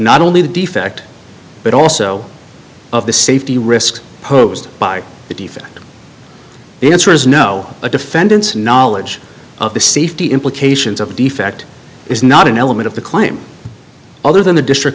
not only the defect but also of the safety risk posed by the defendant the answer is no the defendants knowledge of the safety implications of a defect is not an element of the claim other than the district